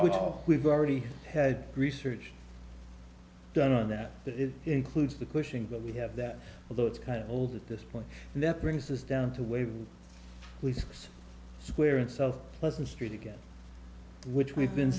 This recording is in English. all we've already had research done on that includes the cushing that we have that although it's kind of old at this point and that brings us down to wave six square itself pleasant street again which we've been